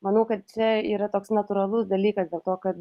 manau kad čia yra toks natūralus dalykas dėl to kad